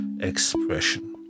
expression